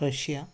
Russia